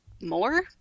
more